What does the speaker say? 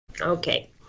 Okay